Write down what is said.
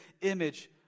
image